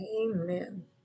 amen